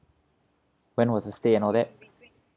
when was the stay and all that